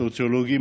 סוציאלי,